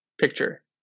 picture